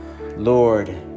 Lord